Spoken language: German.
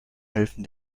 helfen